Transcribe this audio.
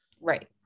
Right